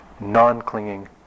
non-clinging